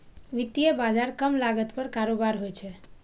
वित्तीय बाजार कम लागत पर कारोबार होइ छै